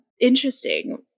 Interesting